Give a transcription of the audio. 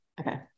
Okay